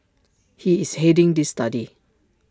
he is heading this study